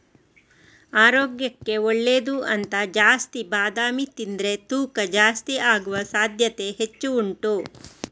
ಆರೋಗ್ಯಕ್ಕೆ ಒಳ್ಳೇದು ಅಂತ ಜಾಸ್ತಿ ಬಾದಾಮಿ ತಿಂದ್ರೆ ತೂಕ ಜಾಸ್ತಿ ಆಗುವ ಸಾಧ್ಯತೆ ಹೆಚ್ಚು ಉಂಟು